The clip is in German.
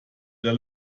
der